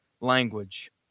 language